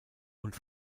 und